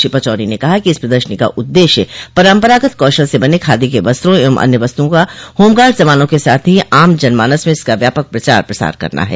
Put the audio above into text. श्री पचौरी ने कहा कि इस प्रदर्शनी का उद्देश्य परम्परागत कौशल से बने खादी के वस्त्रों एवं अन्य वस्तुओं का होमगार्ड्स जवानों के साथ ही आम जनमानस में इसका व्यापक प्रचार प्रसार करना है